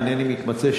אינני מתמצא,